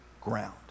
ground